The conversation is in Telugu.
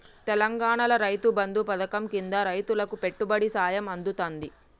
తెలంగాణాల రైతు బంధు పథకం కింద రైతులకు పెట్టుబడి సాయం అందుతాంది